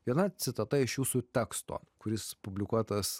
viena citata iš jūsų teksto kuris publikuotas